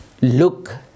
look